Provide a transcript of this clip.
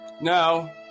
no